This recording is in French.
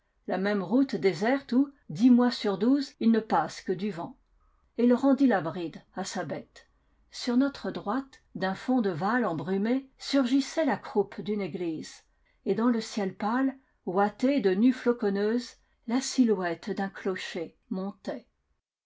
la même route déserte où dix mois sur douze il ne passe que du vent et il rendit la bride à sa bête sur notre droite d'un fond de val embrumé surgissait la croupe d'une église et dans le ciel pâle ouaté de nues floconneuses la silhouette d'un clocher montait